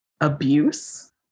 abuse